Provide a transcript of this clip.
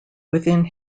within